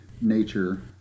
nature